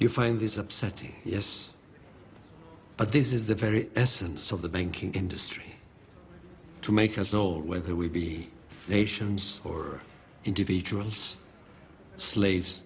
you find is upsetting yes but this is the very essence of the banking industry to make us old whether we be nations or individuals slaves